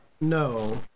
No